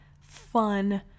fun